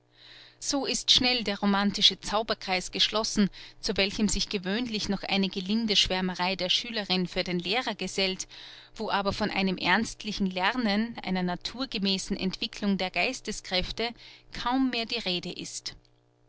so ist schnell der romantische zauberkreis geschlossen zu welchem sich gewöhnlich noch eine gelinde schwärmerei der schülerin für den lehrer gesellt wo aber von einem ernstlichen lernen einer naturgemäßen entwicklung der geisteskräfte kaum mehr die rede ist